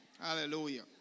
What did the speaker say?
Hallelujah